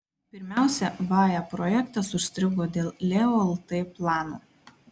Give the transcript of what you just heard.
pirmiausia vae projektas užstrigo dėl leo lt plano